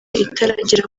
itaragera